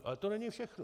Ale to není všechno.